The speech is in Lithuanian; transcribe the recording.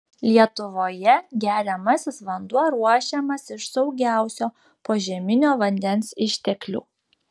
lietuvoje geriamasis vanduo ruošiamas iš saugiausio požeminio vandens išteklių